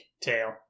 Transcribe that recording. tail